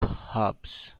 hubs